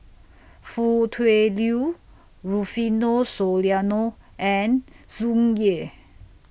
Foo Tui Liew Rufino Soliano and Tsung Yeh